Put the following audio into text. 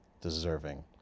deserving